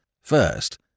First